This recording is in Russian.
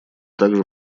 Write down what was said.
также